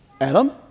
Adam